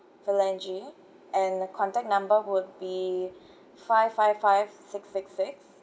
phalange and contact number would be five five five six six six